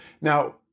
Now